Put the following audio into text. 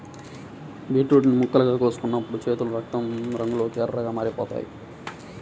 beetroot ని ముక్కలుగా కోస్తున్నప్పుడు చేతులు రక్తం రంగులోకి ఎర్రగా మారిపోతాయి